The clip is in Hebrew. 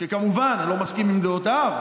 שכמובן אני לא מסכים לדעותיו,